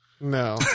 No